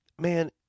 Man